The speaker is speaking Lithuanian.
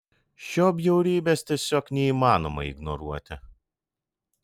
šio bjaurybės tiesiog neįmanoma ignoruoti